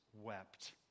wept